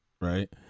right